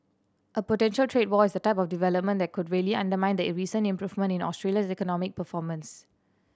a potential trade war is the type of development that could really undermine the recent improvement in Australia's economic performance